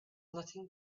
nothing